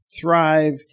Thrive